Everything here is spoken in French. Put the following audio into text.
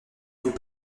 vous